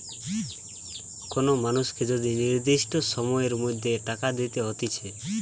কোন মানুষকে যদি নির্দিষ্ট সময়ের মধ্যে টাকা দিতে হতিছে